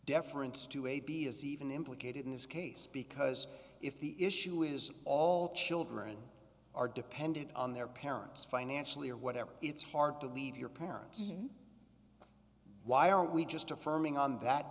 deference to a b is even implicated in this case because if the issue is all children are dependent on their parents financially or whatever it's hard to leave your parents why are we just affirming on that